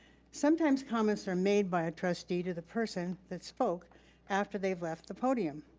sometimes comments are made by a trustee to the person that spoke after they left the podium,